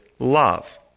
Love